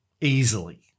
easily